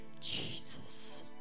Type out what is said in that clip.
Jesus